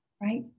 right